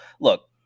look